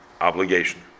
obligation